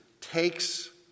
takes